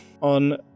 on